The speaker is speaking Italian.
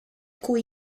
cui